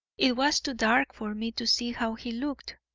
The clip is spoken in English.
it was too dark for me to see how he looked.